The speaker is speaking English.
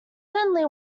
certainly